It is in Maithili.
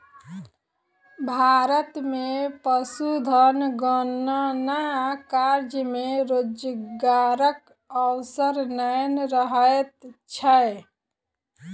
भारत मे पशुधन गणना कार्य मे रोजगारक अवसर नै रहैत छै